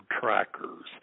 trackers